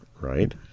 Right